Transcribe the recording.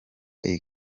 iyi